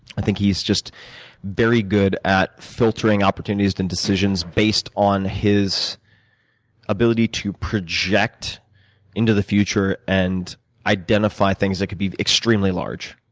i think he's just very good at filtering opportunities and decisions based his ability to project into the future, and identify things that can be extremely large.